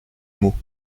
mots